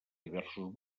diversos